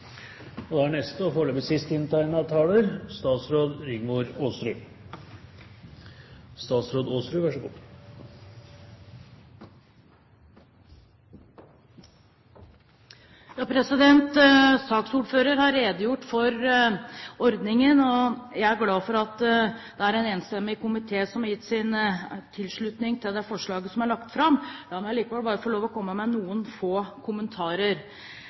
ordningen. Jeg er glad for at det er en enstemmig komité som har gitt sin tilslutning til det forslaget som er lagt fram. La meg likevel få lov til å komme med noen få kommentarer.